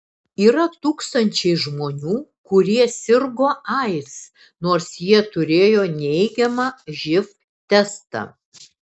yra tūkstančiai žmonių kurie sirgo aids nors jie turėjo neigiamą živ testą